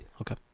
okay